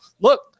look